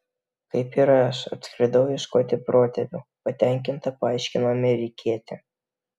kaip ir aš atskridau ieškoti protėvių patenkinta paaiškino amerikietė